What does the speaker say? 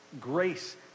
grace